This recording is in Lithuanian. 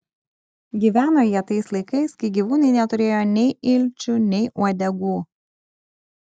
gyveno jie tais laikais kai gyvūnai neturėjo nei ilčių nei uodegų